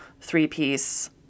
three-piece